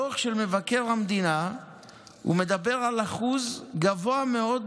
בדוח של מבקר המדינה מדובר על שיעור גבוה מאוד